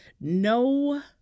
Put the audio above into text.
No